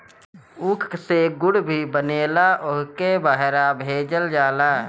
ऊख से गुड़ भी बनेला ओहुके बहरा भेजल जाला